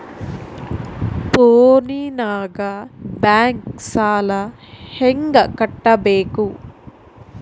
ಫೋನಿನಾಗ ಬ್ಯಾಂಕ್ ಸಾಲ ಹೆಂಗ ಕಟ್ಟಬೇಕು?